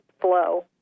flow